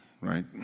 Right